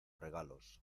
regalos